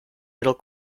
middle